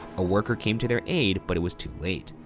a worker came to their aid, but it was too late.